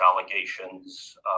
allegations